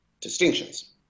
distinctions